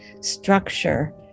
structure